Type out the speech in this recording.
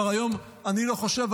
היום אני כבר לא חושב,